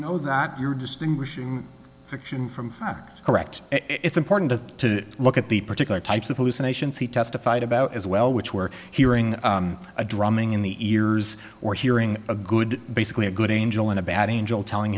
know that you're distinguishing fiction from fact correct it's important to look at the particular types of hallucinations he testified about as well which were hearing a drumming in the ears or hearing a good basically a good angel in a bad angel telling